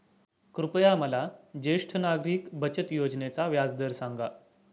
कृपया मला ज्येष्ठ नागरिक बचत योजनेचा व्याजदर सांगा